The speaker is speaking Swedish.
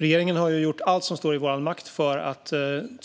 Regeringen har gjort allt som står i vår makt för att